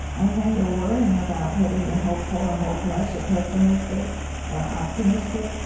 and when you're worrying about whether you're hopeful or hopeless or pessimistic or optimistic,